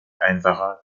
einfacher